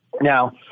Now